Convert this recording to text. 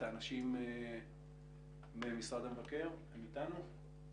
האנשים ממשרד המבקר, אתם איתנו?